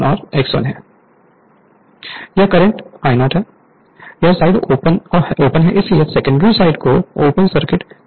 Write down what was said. Refer Slide Time 0945 यह current I0 है यह साइड ओपन है इसीलिए सेकेंडरी साइड को ओपन सर्किट कहा जाता है